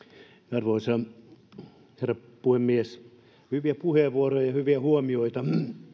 arvoisa herra puhemies hyviä puheenvuoroja ja hyviä huomioita